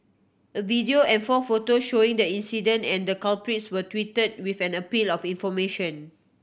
a video and four photos showing the incident and the culprits were tweeted with an appeal of information